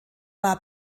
war